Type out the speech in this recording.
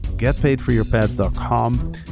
getpaidforyourpet.com